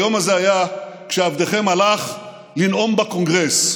והיום הזה היה כשעבדכם הלך לנאום בקונגרס.